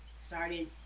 started